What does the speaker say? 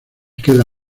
queda